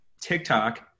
TikTok